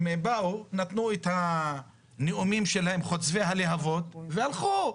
הם באו נתנו את הנאומים חוצבי הלהבות שלהם והלכו.